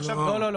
לא.